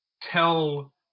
tell